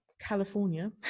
california